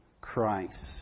Christ